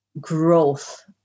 growth